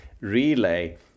Relay